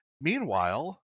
Meanwhile